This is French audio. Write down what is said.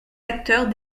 acteurs